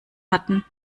hatten